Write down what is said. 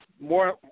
more